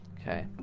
okay